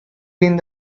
been